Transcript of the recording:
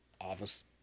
office